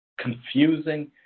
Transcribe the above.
confusing